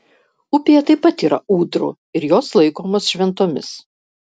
upėje taip pat yra ūdrų ir jos laikomos šventomis